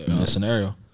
Scenario